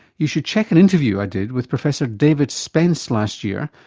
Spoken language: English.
you should check an interview i did with professor david spence last year,